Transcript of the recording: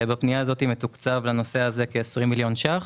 בפנייה הזאת מתוקצב לנושא הזה סכום של כ-20 מיליון שקלים.